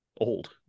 old